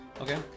Okay